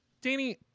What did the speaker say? Danny